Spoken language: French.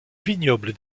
vignoble